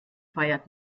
feiert